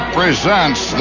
presents